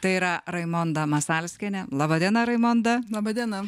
tai yra raimonda masalskienė laba diena raimonda laba diena